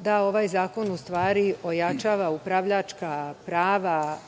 da ovaj zakon, u stvari, ojačava upravljačka prava